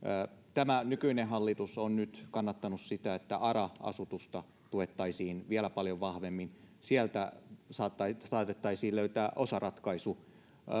tämä nykyinen hallitus on nyt kannattanut sitä että ara asutusta tuettaisiin vielä paljon vahvemmin sieltä saatettaisiin löytää osaratkaisu